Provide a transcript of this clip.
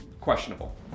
questionable